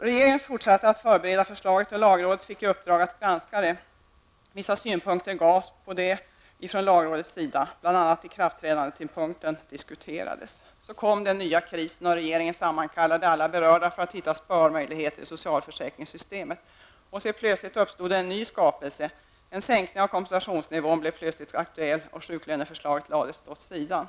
Regeringen fortsatte att förbereda förslaget, och lagrådet fick i uppdrag att granska förslaget. Vissa synpunkter gavs på förslaget från lagrådets sida. Så kom den nya krisen, och regeringen sammankallade alla berörda parter för att hitta sparmöjligheter i socialförsäkringssystemet. Plötsligt uppstod en ny skapelse, och en sänkning av kompensationsnivån blev plötsligt aktuell, och sjuklöneförslaget lades åt sidan.